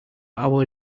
our